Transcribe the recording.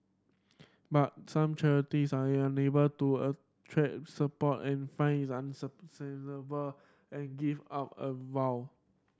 but some charities are unable to attract support and find is and give up a while